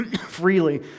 freely